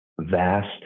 vast